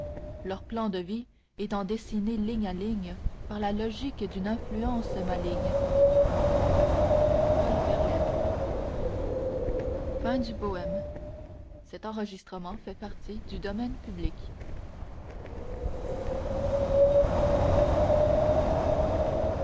leur plan de vie étant dessiné ligne à ligne par la logique d'une influence maligne p v